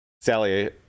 Sally